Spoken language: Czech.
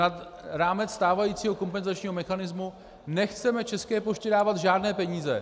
Nad rámec stávajícího kompenzačního mechanismu nechceme České poště dávat žádné peníze.